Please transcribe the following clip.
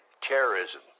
terrorism